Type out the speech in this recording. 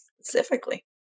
Specifically